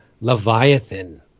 Leviathan